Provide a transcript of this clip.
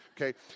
okay